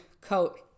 coat